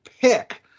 pick